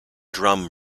drum